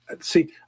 see